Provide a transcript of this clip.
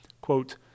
quote